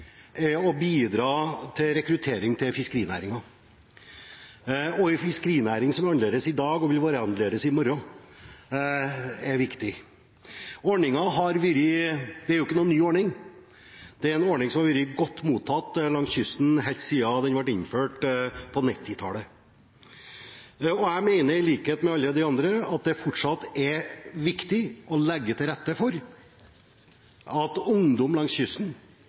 å bidra til rekruttering til fiskerinæringen – en fiskerinæring som er annerledes i dag, og som vil være annerledes i morgen, men som er viktig. Det er ingen ny ordning. Det er en ordning som har blitt godt mottatt langs kysten helt siden den ble innført på 1990-tallet. Jeg mener, i likhet med alle andre, at det fortsatt er viktig å legge til rette for at ungdom langs kysten